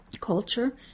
Culture